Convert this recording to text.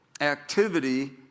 Activity